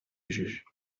juge